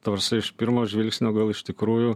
ta prasme iš pirmo žvilgsnio gal iš tikrųjų